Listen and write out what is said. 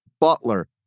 Butler